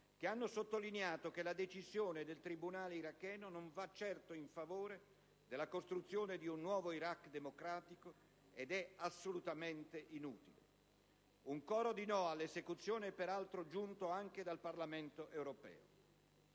che hanno sottolineato che la decisione del tribunale iracheno non va certo in favore della costruzione di un nuovo Iraq democratico ed è "assolutamente inutile". Un coro di no all'esecuzione è peraltro giunto anche dal Parlamento europeo.